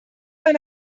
man